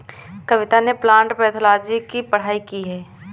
कविता ने plant pathology की पढ़ाई की है